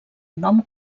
nom